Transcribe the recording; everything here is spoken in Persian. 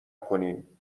کنید